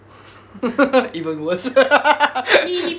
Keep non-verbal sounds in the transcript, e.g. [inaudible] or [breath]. [breath] [laughs] even worse [laughs]